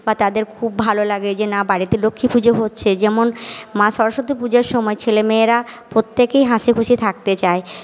বা তদের খুব ভালো লাগে যে না বাড়িতে লক্ষ্মী পুজো হচ্ছে যেমন মা সরস্বতী পুজোর সময় ছেলেমেয়েরা প্রত্যেকেই হাসিখুশি থাকতে চায়